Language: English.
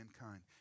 mankind